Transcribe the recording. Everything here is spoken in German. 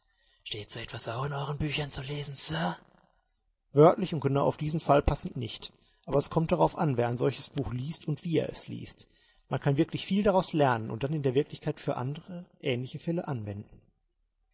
steht so etwas auch in euren büchern zu lesen sir wörtlich und genau auf diesen fall passend nicht aber es kommt darauf an wer ein solches buch liest und wie er es liest man kann wirklich viel daraus lernen und dann in der wirklichkeit für andere ähnliche fälle anwenden